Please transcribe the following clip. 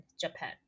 Japan